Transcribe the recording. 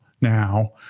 now